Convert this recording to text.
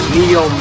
Neo